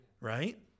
Right